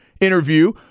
interview